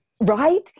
Right